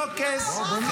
לא כסף.